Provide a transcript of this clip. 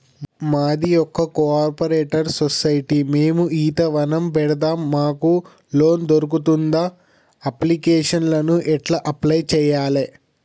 మాది ఒక cooperative society మేము ఈత వనం పెడతం మాకు లోన్ దొర్కుతదా? అప్లికేషన్లను ఎట్ల అప్లయ్ చేయాలే?